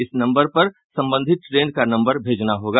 इस नंबर पर संबंधित ट्रेन का नंबर भेजना होगा